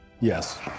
Yes